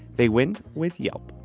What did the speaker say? they went with yelp.